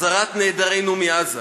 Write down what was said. החזרת נעדרינו מעזה.